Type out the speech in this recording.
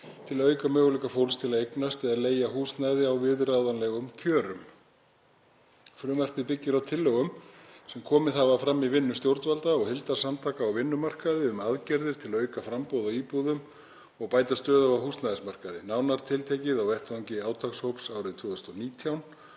til að auka möguleika fólks til að eignast eða leigja húsnæði á viðráðanlegum kjörum. Frumvarpið byggist á tillögum sem komið hafa fram í vinnu stjórnvalda og heildarsamtaka á vinnumarkaði um aðgerðir til að auka framboð á íbúðum og bæta stöðu á húsnæðismarkaði, nánar tiltekið á vettvangi átakshóps árið 2019